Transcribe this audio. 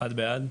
הצבעה בעד,